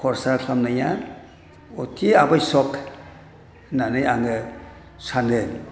खर्सा खालामनाया अति आबस्य'क होननानै आङो सानो